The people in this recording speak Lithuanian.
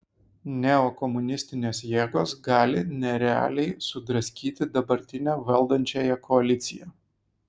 neokomunistinės jėgos gali nerealiai sudraskyti dabartinę valdančiąją koaliciją